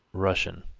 russian,